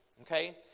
Okay